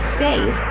save